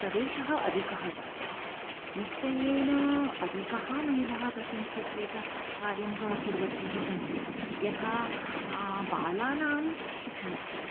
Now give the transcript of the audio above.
प्रवेशः अधिकः जातः निश्चयेन अधिकाः महिलाः तस्मिन् क्षेत्रे क कार्यं क कुर्वत्यः सन्ति यथा बालानां शिक्षणक्षेत्रे